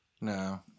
No